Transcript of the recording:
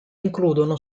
includono